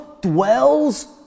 dwells